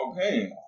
Okay